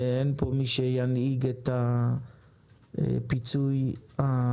ואין פה מי שינהיג את הפיצוי העקיף,